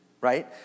right